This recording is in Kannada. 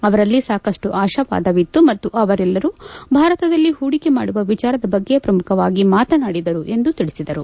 ಅವರಲ್ಲಿ ಸಾಕಷ್ಟು ಅಶಾವಾದವಿತ್ತು ಮತ್ತು ಅವರೆಲ್ಲರೂ ಭಾರತದಲ್ಲಿ ಹೂಡಿಕೆ ಮಾಡುವ ವಿಚಾರದ ಬಗ್ಗೆ ಪ್ರಮುಖವಾಗಿ ಮಾತನಾಡಿದರು ಎಂದು ತಿಳಿಸಿದರು